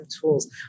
tools